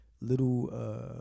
little